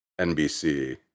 nbc